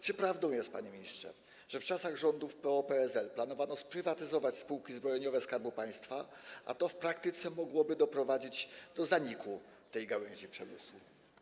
Czy prawdą jest, panie ministrze, że w czasach rządów PO-PSL planowano sprywatyzować spółki zbrojeniowe Skarbu Państwa, a to w praktyce mogłoby doprowadzić do zaniku tej gałęzi przemysłu?